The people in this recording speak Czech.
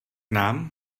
nám